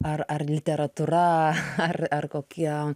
ar ar literatūra ar ar kokie